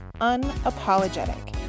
unapologetic